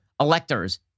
electors